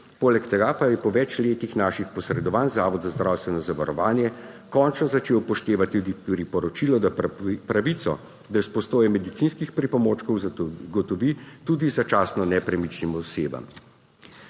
Poleg tega pa je po več letih naših posredovanj Zavod za zdravstveno zavarovanje končno začel upoštevati tudi priporočilo, da pravico do izposoje medicinskih pripomočkov zagotovi tudi začasno nepremičnim osebam.